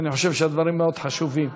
אני חושב שהדברים מאוד חשובים.